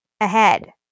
ahead